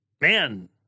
man